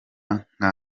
nka